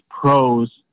pros